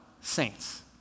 Saints